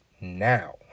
now